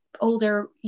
older